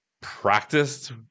practiced